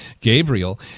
Gabriel